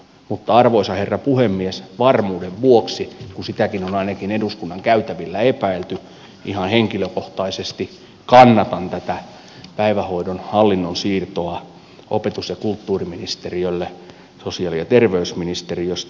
mutta arvoisa herra puhemies varmuuden vuoksi kun sitäkin on ainakin eduskunnan käytävillä epäilty ihan henkilökohtaisesti kannatan tätä päivähoidon hallinnon siirtoa opetus ja kulttuuriministeriölle sosiaali ja terveysministeriöstä